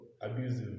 abusive